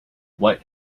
what